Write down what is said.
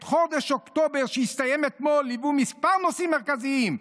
את חודש אוקטובר שהסתיים אתמול ליוו כמה נושאים מרכזיים,